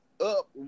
up